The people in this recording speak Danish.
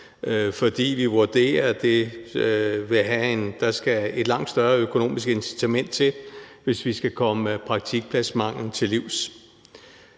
fordi vi vurderer, at der skal et langt større økonomisk incitament til, hvis vi skal komme praktikpladsmanglen til livs.